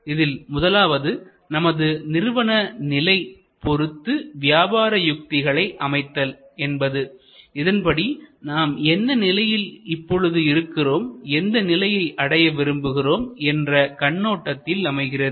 இதில் முதலாவது நமது நிறுவனநிலை பொறுத்து வியாபார யுக்திகளை அமைத்தல் என்பது இதன்படி நாம் என்ன நிலையில் இப்பொழுது இருக்கிறோம் எந்த நிலையை அடைய விரும்புகிறோம் என்ற கண்ணோட்டத்தில் அமைகிறது